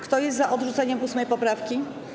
Kto jest za odrzuceniem 8. poprawki?